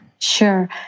Sure